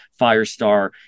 firestar